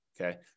Okay